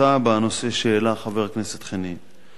התייחסותה בנושא שהעלה חבר הכנסת חנין.